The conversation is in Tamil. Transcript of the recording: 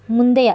முந்தைய